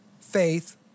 faith